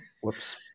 whoops